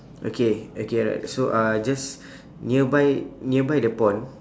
okay okay right so uh just nearby nearby the pond